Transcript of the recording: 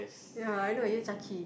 ya I know you Chucky